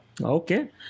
Okay